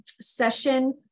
session